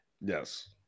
Yes